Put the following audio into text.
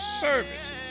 services